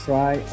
Try